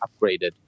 upgraded